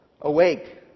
Awake